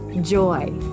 joy